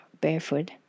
barefoot